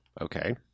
Okay